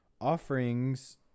Offerings